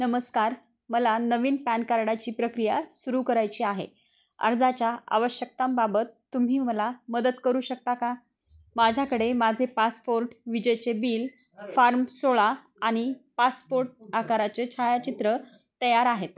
नमस्कार मला नवीन पॅन कार्डाची प्रक्रिया सुरू करायची आहे अर्जाच्या आवश्यकतांबाबत तुम्ही मला मदत करू शकता का माझ्याकडे माझे पासपोर्ट विजेचे बिल फार्म सोळा आणि पासपोर्ट आकाराचे छायाचित्र तयार आहेत